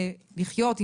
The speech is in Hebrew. לחזק?